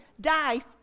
die